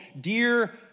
dear